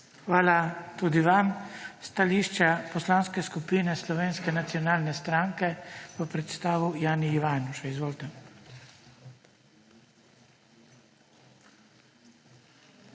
Hvala tudi vam. Stališča Poslanske skupine Slovenske nacionalne stranke bo predstavil Dušan Šiško. Izvolite.